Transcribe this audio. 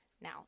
Now